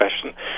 question